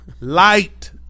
Light